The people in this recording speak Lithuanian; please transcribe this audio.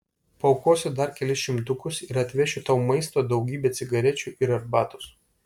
paaukosiu dar kelis šimtukus ir atvešiu tau maisto daugybę cigarečių ir arbatos